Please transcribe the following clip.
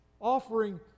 offering